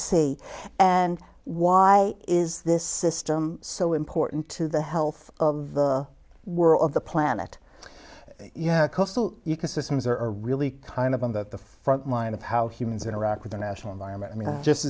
say and why is this system so important to the health of the world of the planet yeah coastal ecosystems are really kind of on the frontline of how humans interact with the national environment i mean just